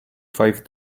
five